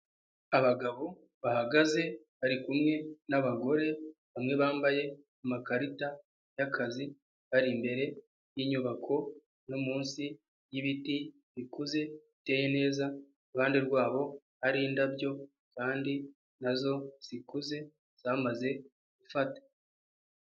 Abagabo bahagaze bari kumwe n'abagore bamwe bambaye amakarita y'akazi, bari imbere y'inyubako no munsi y'ibiti bikuze biteye neza, iruhande rwabo ari indabyo kandi nazo zikuze zamaze gufata.